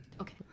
Okay